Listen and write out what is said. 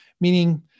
meaning